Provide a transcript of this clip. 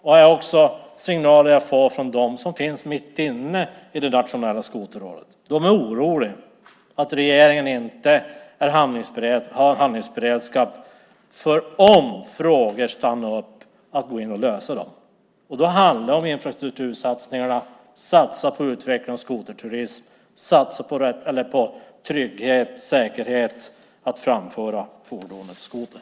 Det är också de signaler jag får från dem som är mitt inne i det nationella skoterrådet. De är oroliga för att regeringen inte har handlingsberedskap för att gå in och lösa frågor om de stannar upp. Det handlar om infrastruktursatsningar, att satsa på utveckling av skoterturism och trygghet och säkerhet för att framföra fordonet skoter.